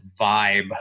vibe